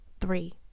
three